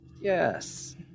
Yes